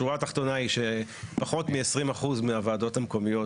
השורה התחתונה היא שפחות מ-20% מהוועדות המקומיות